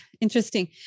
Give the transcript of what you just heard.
interesting